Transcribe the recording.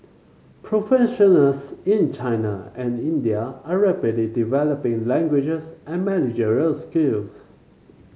professionals in China and India are rapidly developing languages and managerial skills